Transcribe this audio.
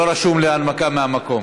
לא רשום לי הנמקה מהמקום.